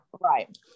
Right